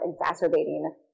exacerbating